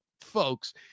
folks